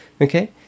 Okay